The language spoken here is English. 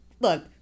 look